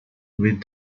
with